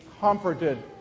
comforted